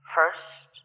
First